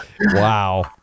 Wow